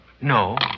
No